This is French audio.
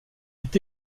est